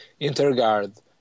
InterGuard